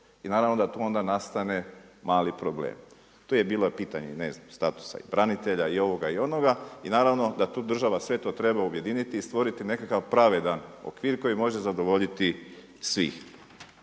I naravno da onda nastane mali problem. Tu je bilo pitanje statusa i branitelja i ovoga i onoga i naravno da država sve to treba objediniti i stvoriti nekakav pravedan okvir koji može zadovoljiti svih.